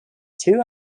two